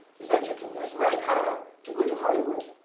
he said, you can use my car to go to hollywood.